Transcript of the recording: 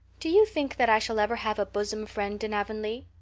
do you think that i shall ever have a bosom friend in avonlea?